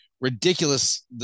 ridiculous